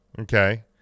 Okay